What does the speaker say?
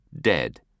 dead